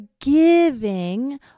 giving